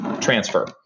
transfer